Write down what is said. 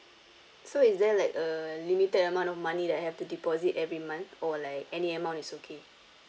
so is there like a limited amount of money that I have to deposit every month or like any amount is okay